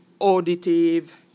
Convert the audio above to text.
auditive